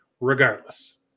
regardless